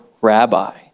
rabbi